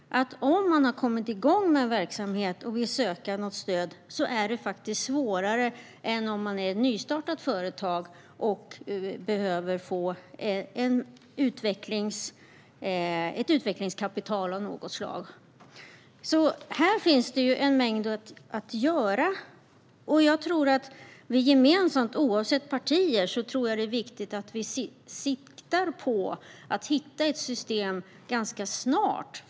Om man har kommit igång med en verksamhet och vill söka något stöd är det faktiskt svårare än om det är ett nystartat företag som behöver få ett utvecklingskapital av något slag. Här finns en mängd saker att göra. Jag tror att det är viktigt att vi gemensamt, oavsett parti, siktar på att hitta ett system ganska snart.